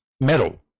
metal